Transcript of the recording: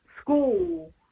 school